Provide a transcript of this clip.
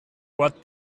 what